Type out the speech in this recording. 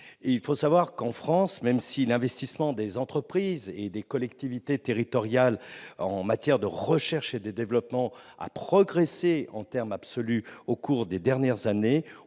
continent. En France, même si l'investissement des entreprises et des collectivités territoriales en matière de recherche et développement a progressé au cours des dernières années,